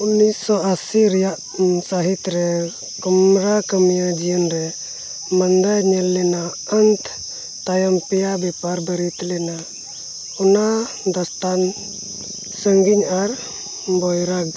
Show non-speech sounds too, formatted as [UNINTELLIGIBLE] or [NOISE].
ᱩᱱᱤᱥᱥᱚ ᱟᱹᱥᱤ ᱨᱮᱭᱟᱜ ᱥᱟᱹᱦᱤᱛ ᱨᱮ ᱠᱚᱝᱜᱨᱟ ᱠᱟᱹᱢᱤᱭᱟᱹ ᱡᱤᱭᱚᱱ ᱨᱮ [UNINTELLIGIBLE] ᱧᱮᱞ ᱞᱮᱱᱟ ᱟᱱᱛᱷ ᱛᱟᱭᱚᱢ ᱯᱮᱭᱟ ᱵᱮᱯᱟᱨ ᱵᱟᱹᱨᱤᱫ ᱞᱮᱱᱟ ᱚᱱᱟ ᱫᱚᱥᱛᱟᱱ ᱥᱟᱺᱜᱤᱧ ᱟᱨ ᱵᱚᱭᱨᱟᱜᱽ